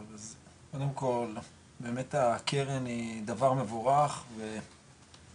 אז קודם כל באמת הקרן היא דבר מבורך ואני